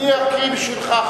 אני אקריא בשבילך,